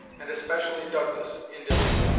and especially douglas, in debate.